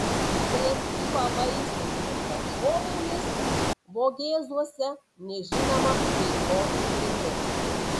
prekyba vaisiais ir daržovėmis vogėzuose nežinoma veiklos sritis